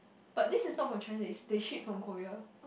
but this is not from China is they ship from Korea